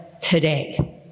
today